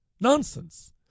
Nonsense